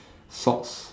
salts